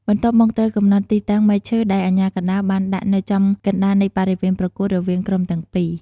បន្ទាប់មក ត្រូវកំណត់ ទីតាំងមែកឈើ ដែលអាជ្ញាកណ្ដាលបានដាក់នៅចំកណ្ដាលនៃបរិវេនប្រកួតរវាងក្រុមទាំងពី